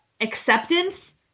acceptance